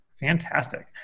Fantastic